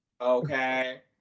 okay